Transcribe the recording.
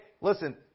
listen